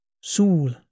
Soul